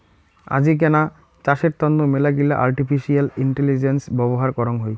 আজিকেনা চাষের তন্ন মেলাগিলা আর্টিফিশিয়াল ইন্টেলিজেন্স ব্যবহার করং হই